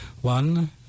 One